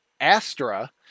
Astra